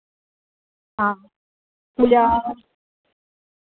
हां